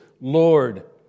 Lord